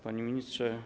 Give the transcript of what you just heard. Panie Ministrze!